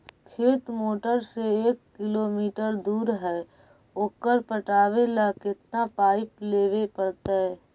खेत मोटर से एक किलोमीटर दूर है ओकर पटाबे ल केतना पाइप लेबे पड़तै?